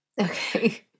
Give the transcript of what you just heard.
Okay